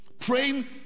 praying